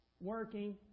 working